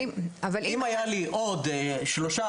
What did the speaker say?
אם היה לי עוד 3,